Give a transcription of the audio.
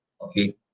Okay